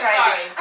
sorry